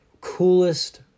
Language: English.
coolest